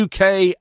uk